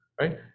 right